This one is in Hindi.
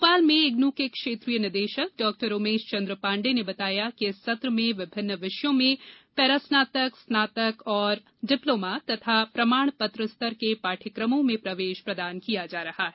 भोपाल में इग्नू के क्षेत्रीय निदेशक डा उमेश चन्द्र पाण्डेय ने बताया कि इस सत्र में विभिन्न विषयों में पैरास्नातक स्नातक तथा डिप्लोमा और प्रमाण पत्र स्तर के पाठयक्रमों में प्रवेश प्रदान किया जा रहा है